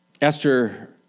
Esther